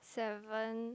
seven